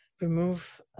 remove